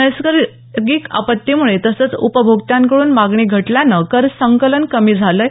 नैसर्गिक आपत्तीमुळे तसंच उपभोक्त्यांकडून मागणी घटल्यानं कर संकलन कमी झालंय